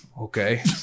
Okay